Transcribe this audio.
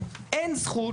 אין זכות,